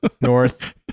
North